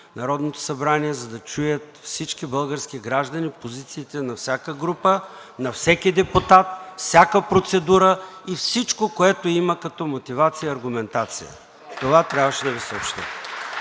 Народното събрание, за да чуят всички български граждани позициите на всяка група, на всеки депутат, всяка процедура и всичко, което има като мотивация, аргументация. Това трябваше да Ви съобщя.